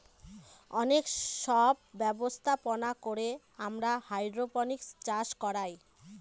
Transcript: অনেক সব ব্যবস্থাপনা করে আমরা হাইড্রোপনিক্স চাষ করায়